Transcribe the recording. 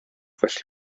felly